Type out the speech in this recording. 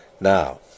Now